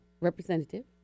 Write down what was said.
representative